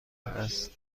است